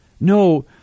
No